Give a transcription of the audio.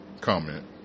comment